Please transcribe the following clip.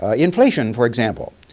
ah inflation, for example,